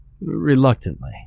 Reluctantly